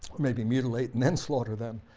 maybe mutilate and then slaughter them,